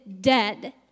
dead